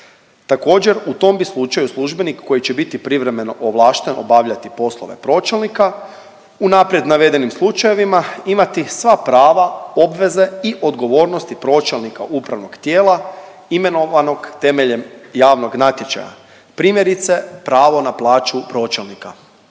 Također u tom bi slučaju službenik koji će biti privremeno ovlašten obavljati poslove pročelnika u naprijed navedenim slučajevima imati sva prava, obveze i odgovornosti pročelnika upravnog tijela imenovanog temeljem javnog natječaja, primjerice pravo na plaću pročelnika.